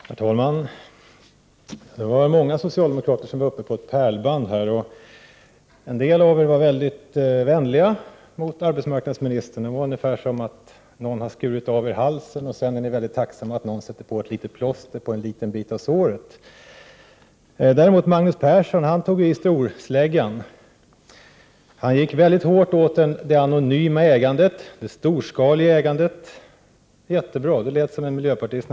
Herr talman! Det var många socialdemokrater som var uppe och talade såsom på ett pärlband här. En del av dem var mycket vänliga mot arbetsmarknadsministern. Det var ungefär som om någon skulle ha skurit av dem halsarna och sedan var de mycket tacksamma över att någon satte på ett litet plåster på en liten del av såret. Magnus Persson tog däremot i med storsläggan. Han gick väldigt hårt åt det anonyma ägandet och det storskaliga ägandet. Mycket bra! Magnus Persson lät nästan som en miljöpartist.